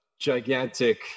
gigantic